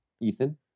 Ethan